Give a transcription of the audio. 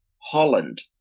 Holland